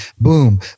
boom